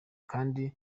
kandi